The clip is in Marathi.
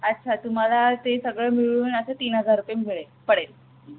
अच्छा तुम्हाला ते सगळं मिळून असं तीन हजार रुपये मिळेल पडेल